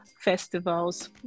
festivals